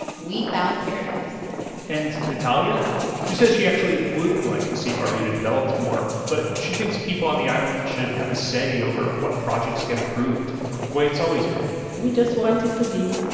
we found paradise and natalia she says she actually would like to see barbuda develop more, but she thinks people on the island should have a say over what projects get approved the way it's always been we just want it to be